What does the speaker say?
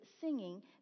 singing